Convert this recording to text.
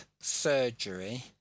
surgery